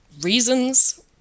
reasons